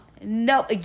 No